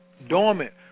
Dormant